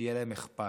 שיהיה להם אכפת.